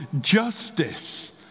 justice